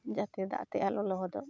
ᱡᱟᱛᱮ ᱫᱟᱜᱛᱮ ᱟᱞᱚ ᱞᱚᱦᱚᱫᱚᱜ